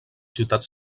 ciutats